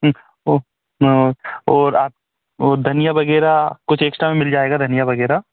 और आप धनिया वगैरह कुछ एक्स्ट्रा मिल जाएगा धनिया वगैरह